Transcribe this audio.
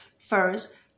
first